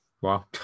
Wow